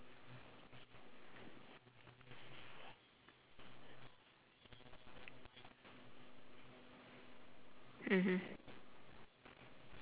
mmhmm